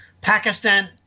Pakistan